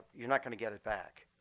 you're not going to get it back.